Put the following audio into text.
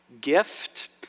gift